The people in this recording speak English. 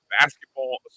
Basketball